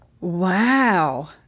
wow